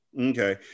Okay